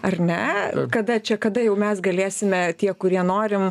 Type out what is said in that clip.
ar ne kada čia kada jau mes galėsime tie kurie norim